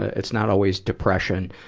it's not always depression,